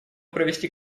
провести